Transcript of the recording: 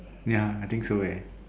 ya I think so eh